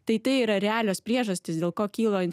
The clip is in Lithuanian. tai tai yra realios priežastys dėl ko kilo